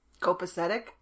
Copacetic